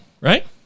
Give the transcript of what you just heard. right